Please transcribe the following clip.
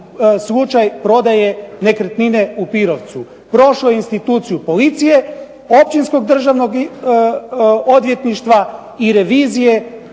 slučaj prodaje nekretnine u Pirovcu. Prošlu instituciju policije, općinskog državnog odvjetništva i revizija,